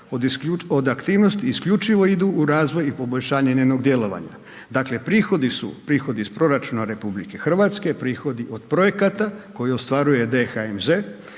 od aktivnosti isključiv idu u razvoj i poboljšanje njenog djelovanja. Dakle, prihodi su prihodi iz proračuna RH, prihodi od projekata koje ostvaruje DHMZ